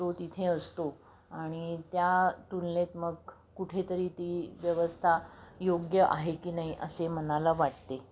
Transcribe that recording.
तो तिथे असतो आणि त्या तुलनेत मग कुठेतरी ती व्यवस्था योग्य आहे की नाही असे मनाला वाटते